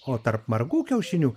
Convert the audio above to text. o tarp margų kiaušinių